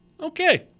Okay